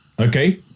Okay